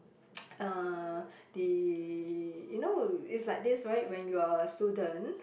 uh they you know it's like this right when you are a student